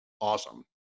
awesome